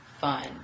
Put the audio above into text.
fun